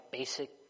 basic